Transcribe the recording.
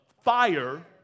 fire